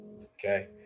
Okay